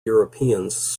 europeans